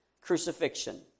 crucifixion